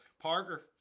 Parker